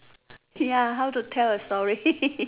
ya how to tell a story